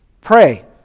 Pray